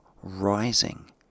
rising